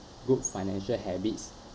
good financial habits